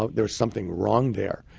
ah there something wrong there.